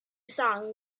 song